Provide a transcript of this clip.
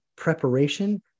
preparation